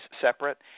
separate